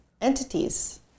entities